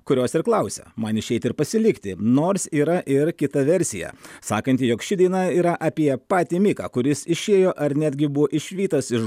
kurios ir klausia man išeiti ar pasilikti nors yra ir kita versija sakanti jog ši daina yra apie patį miką kuris išėjo ar netgi buvo išvytas iš